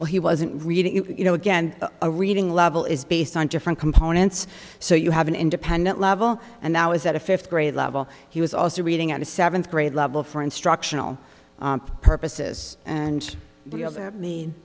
while he wasn't reading it you know again a reading level is based on different components so you have an independent level and now is that a fifth grade level he was also reading at a seventh grade level for instructional purposes and so ther